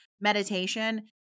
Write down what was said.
meditation